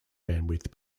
bandwidth